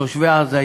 תושבי עזה,